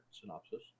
synopsis